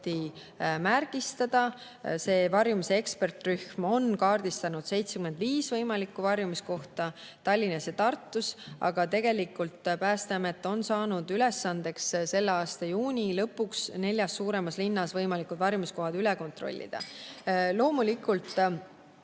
märgistada. Varjumise ekspertrühm on kaardistanud 75 võimalikku varjumiskohta Tallinnas ja Tartus. Päästeamet on saanud ülesandeks selle aasta juuni lõpuks neljas suuremas linnas võimalikud varjumiskohad üle kontrollida. Loomulikult,